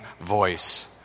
voice